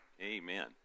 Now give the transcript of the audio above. Amen